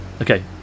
Okay